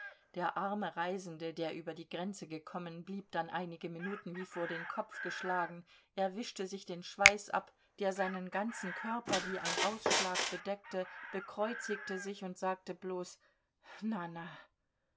der arme reisende der über die grenze gekommen blieb dann einige minuten wie vor den kopf geschlagen er wischte sich den schweiß ab der seinen ganzen körper wie ein ausschlag bedeckte bekreuzigte sich und sagte bloß na na